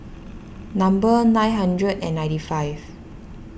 number nine hundred and ninety five